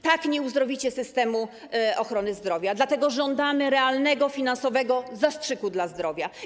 Tak nie uzdrowicie systemu ochrony zdrowia, dlatego żądamy realnego finansowego zastrzyku dla zdrowia.